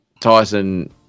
Tyson